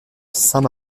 saint